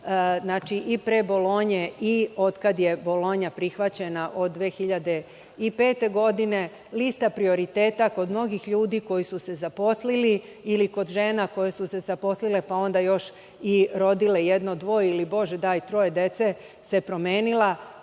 znači, i pre bolonje i od kada je bolonja prihvaćena od 2005. godine. Lista prioriteta kod mnogih ljudi koji su se zaposlili ili kod žena koje su se zaposlile, pa onda još i rodile jedno ili dvoje, ili bože daj troje dece, se promenila.